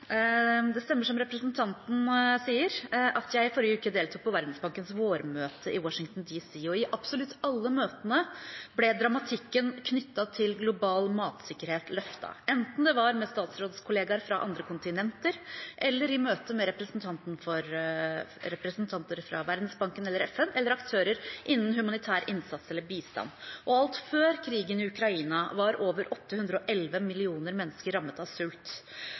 Det stemmer, som representanten sier, at jeg i forrige uke deltok på Verdensbankens vårmøte i Washington D.C. I absolutt alle møtene ble dramatikken knyttet til global matsikkerhet løftet, enten det var med statsrådskollegaer fra andre kontinenter, eller i møte med representanter fra Verdensbanken, FN eller aktører innen humanitær innsats eller bistand. Alt før krigen i Ukraina var over 811 millioner mennesker rammet av sult,